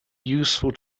useful